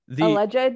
Alleged